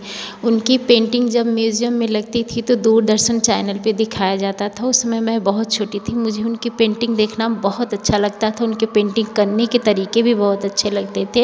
उनकी पेंटिंग जब मिउज़ियम ज में लगती थी तो दो दरअसल चैनल पर दिखाया जाता था उस समय मैं बहुत छोटी थी मुझे उनकी पेंटिंग देखना बहोत अच्छा लगता था उनके पेंटिंग करने के तरीके भी बहुत अच्छे लगते थे